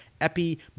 Epi